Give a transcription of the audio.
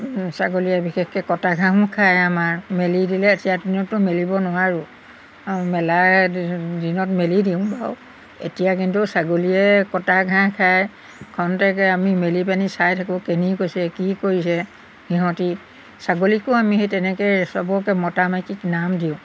ছাগলীয়ে বিশেষকৈ কটা ঘাঁহো খায় আমাৰ মেলি দিলে এতিয়া দিনততো মেলিব নোৱাৰোঁ আৰু মেলাৰ দিনত মেলি দিওঁ বাৰু এতিয়া কিন্তু ছাগলীয়ে কটা ঘাঁহ খাই খন্তেকহে আমি মেলি পেনি চাই থাকোঁ কেনি কৰিছে কি কৰিছে সিহঁতি ছাগলীকো আমি সেই তেনেকৈ চবকে মতা মাইকীক নাম দিওঁ